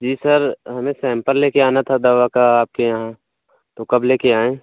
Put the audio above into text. जी sir हमें sample लेकर आना था दवा का आपके यहाँ तो कब लेकर आएँ